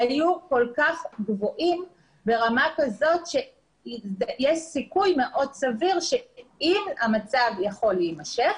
היו כל כך גבוהים ברמה כזאת שיש סיכוי מאוד סביר שאם המצב יכול להימשך,